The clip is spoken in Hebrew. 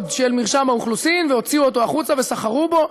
של מרשם האוכלוסין והוציאו אותו החוצה וסחרו בו.